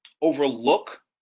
overlook